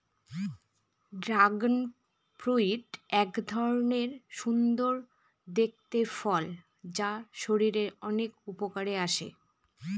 dragon fruit এক ধরনের সুন্দর দেখতে ফল যা শরীরের অনেক উপকারে আসে